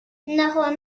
ناخنهاش